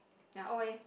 they are old eh